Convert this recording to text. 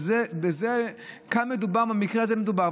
בזה מדובר, במקרה הזה מדובר.